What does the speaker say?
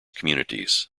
communities